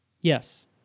Yes